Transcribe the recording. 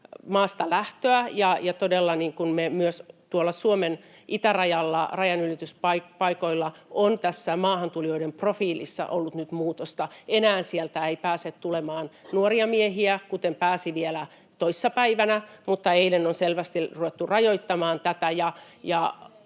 maasta lähtöä, ja todella myös Suomen itärajalla rajanylityspaikoilla on tässä maahantulijoiden profiilissa ollut nyt muutosta. Enää sieltä ei pääse tulemaan nuoria miehiä, kuten pääsi vielä toissa päivänä. Eilen on selvästi ruvettu rajoittamaan tätä.